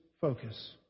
focus